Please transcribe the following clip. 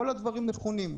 כל הדברים נכונים.